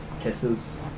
kisses